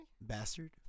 bastard